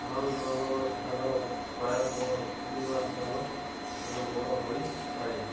ଲାଲ ରଙ୍ଗର ସ୍ଥାନ ପ୍ରାୟତଃ ଫୁଲିବା ସ୍ଥାନ ଠାରୁ ବଡ଼ ହୋଇଥାଏ